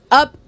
up